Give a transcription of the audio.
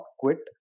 quit